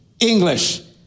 English